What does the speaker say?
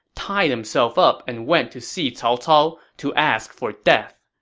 tied himself up and went to see cao cao to ask for death,